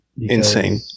Insane